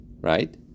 right